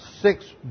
six